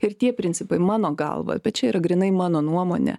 ir tie principai mano galva bet čia yra grynai mano nuomonė